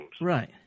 Right